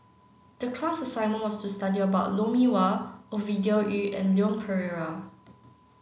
the class assignment was to study about Lou Mee Wah Ovidia Yu and Leon Perera